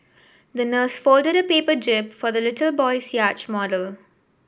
the nurse folded a paper jib for the little boy's yacht model